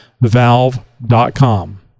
Valve.com